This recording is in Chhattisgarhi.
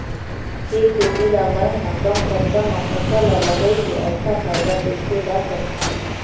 के खेती ला मै ह कम खरचा मा फसल ला लगई के अच्छा फायदा कइसे ला सकथव?